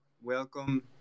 welcome